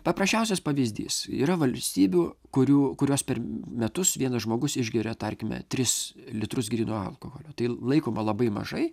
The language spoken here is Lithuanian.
paprasčiausias pavyzdys yra valstybių kurių kurios per metus vienas žmogus išgeria tarkime tris litrus gryno alkoholio tai laikoma labai mažai